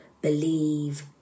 believe